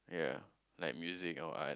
ya like music or art